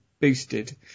boosted